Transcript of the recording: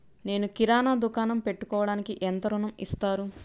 నేను కిరాణా దుకాణం పెట్టుకోడానికి ఎంత ఋణం ఇస్తారు?